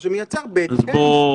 מה שמייצר בהתאם גילוי יותר נשאים.